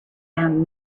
found